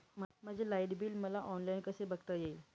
माझे light bill मला online कसे बघता येईल?